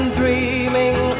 dreaming